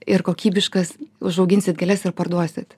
ir kokybiškas užauginsit gėles ir parduosit